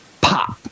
Pop